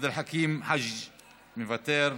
עבד אל חכים חאג' יחיא, מוותר,